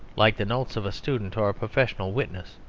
like the notes of a student or a professional witness.